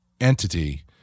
entity